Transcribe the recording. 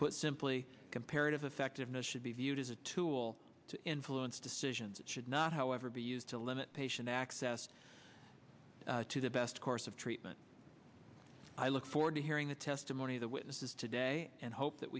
put simply comparative effectiveness should be viewed as a tool to influence decisions should not however be used to limit patient access to the best course of treatment i look forward to hearing the testimony of the witnesses today and hope that